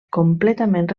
completament